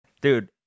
Dude